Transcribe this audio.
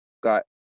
got